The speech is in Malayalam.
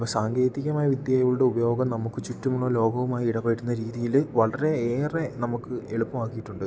അപ്പം സാങ്കേതികമായ വിദ്യകളുടെ ഉപയോഗം നമുക്ക് ചുറ്റുമുള്ള ലോകവുമായി ഇടപെടുന്ന രീതിയിൽ വളരെ ഏറെ നമുക്ക് എളുപ്പം ആക്കിയിട്ടുണ്ട്